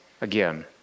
again